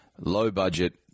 low-budget